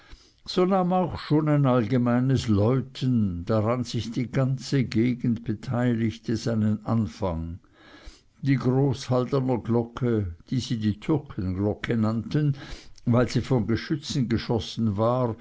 auch schon ein allgemeines läuten daran sich die ganze gegend beteiligte seinen anfang die groß halderner glocke die sie die türkenglocke nannten weil sie von geschützen gegossen war